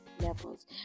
levels